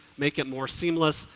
make it more seamless,